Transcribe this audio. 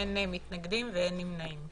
אין מתנגדים ואין נמנעים.